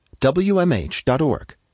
WMH.org